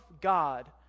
god